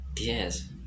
Yes